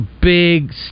big